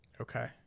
Okay